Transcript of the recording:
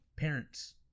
parents